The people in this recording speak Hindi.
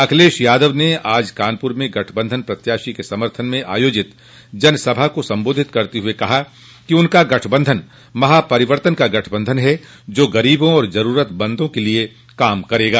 अखिलेश यादव ने आज कानपूर में गठबंधन प्रत्याशी के समर्थन में आयोजित जनसभा को संबोधित करते हुए कहा कि उनका गठबंधन महा परिवर्तन का गठबंधन है जो गरीबों और जरूरतमंदों के लिये काम करेगा